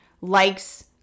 likes